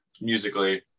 musically